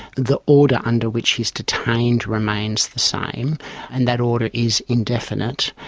the order under which he is detained remains the same and that order is indefinite.